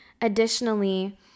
additionally